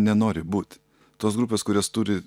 nenori būti tos grupės kurias turi